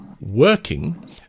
working